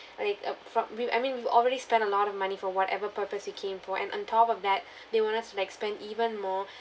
like uh from we I mean you already spent a lot of money for whatever purpose you came for and on top of that they want us to like spend even more